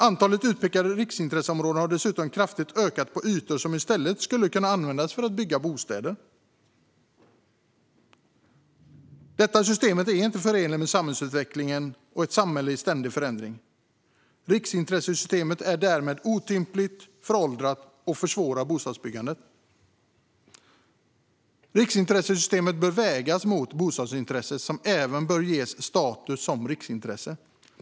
Antalet utpekade riksintresseområden har dessutom kraftigt ökat på ytor som i stället skulle kunna användas för att bygga bostäder. Detta system är inte förenligt med samhällsutvecklingen och ett samhälle i ständig förändring. Riksintressesystemet är därmed otympligt och föråldrat och försvårar bostadsbyggandet. Riksintressesystemet bör vägas mot bostadsintresset, som även bör ges status som riksintresse.